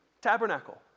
tabernacle